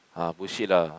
ah bullshit lah